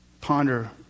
ponder